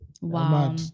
Wow